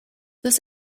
this